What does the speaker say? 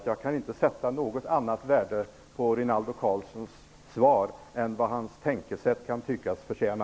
Jag kan inte sätta något annat värde på Rinaldo Karlssons svar än vad hans tänkesätt kan tyckas förtjäna.